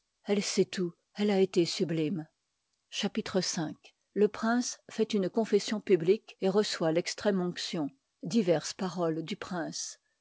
elle sait tout elle a été sublime chapitre v le prince fait une confession publique et reçoit v extrême onction diverses paroles du prince